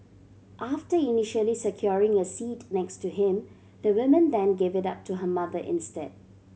after initially securing a seat next to him the woman then gave it up to her mother instead